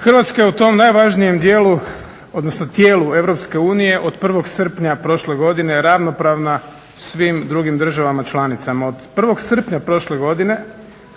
Hrvatska je u tom najvažnijem dijelu, odnosno tijelu Europske unije od 1. srpnja prošle godine ravnopravna svim drugim državama članicama. Od 1. srpnja prošle godine